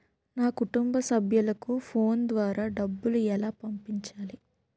నా కుటుంబ సభ్యులకు ఫోన్ ద్వారా డబ్బులు ఎలా పంపించాలి?